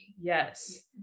Yes